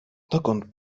dokąd